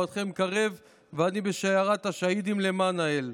מועדכם קרב, ואני בשיירת השהידים למען האל.